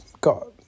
got